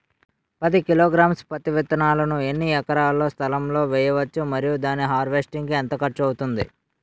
పది కిలోగ్రామ్స్ పత్తి విత్తనాలను ఎన్ని ఎకరాల స్థలం లొ వేయవచ్చు? మరియు దాని హార్వెస్ట్ కి ఎంత ఖర్చు అవుతుంది?